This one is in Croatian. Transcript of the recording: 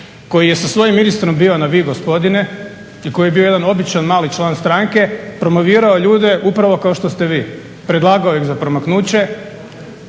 koji je sa svojim ministrom bio na vi gospodine, i koji je bio jedan običan mali član stranke promovirao ljude upravo kao što ste vi, predlagao ih za promaknuće,